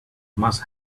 must